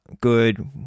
Good